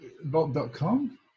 Vault.com